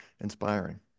inspiring